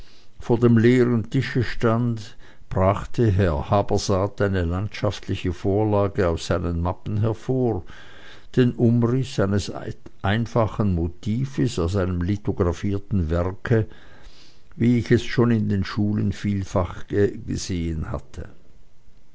vor dem leeren tische stand brachte herr habersaat eine landschaftliche vorlage aus seinen mappen hervor den umriß eines einfachen motives aus einem lithographierten werke wie ich es schon in den schulen vielfach gesehen hatte